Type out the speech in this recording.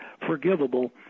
forgivable